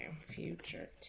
future